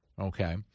okay